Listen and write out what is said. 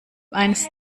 eins